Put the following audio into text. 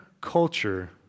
culture